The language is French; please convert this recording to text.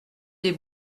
des